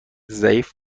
ضعیف